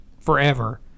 forever